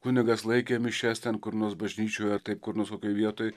kunigas laikė mišias ten kur nors bažnyčioj ar tai kur kokioj vietoj